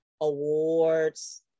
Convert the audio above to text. awards